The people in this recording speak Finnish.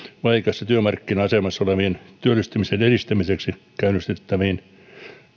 vaikeassa työmarkkina asemassa olevien työllistymisen edistämiseksi käynnistettäviin